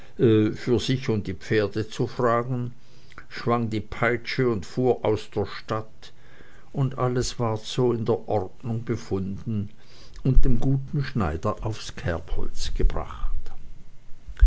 für sich und die pferde zu fragen schwang die peitsche und fuhr aus der stadt und alles ward so in der ordnung befunden und dem guten schneider aufs kerbholz gebracht